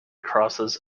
crosses